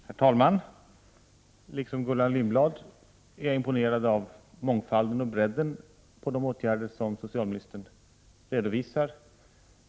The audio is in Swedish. Herr talman! Liksom Gullan Lindblad är jag imponerad av mångfalden och bredden när det gäller de åtgärder som socialministern redovisar.